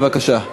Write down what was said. בבקשה.